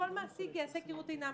כל מעסיק יעשה כראות עיניו.